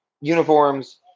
Uniforms